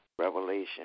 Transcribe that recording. Revelation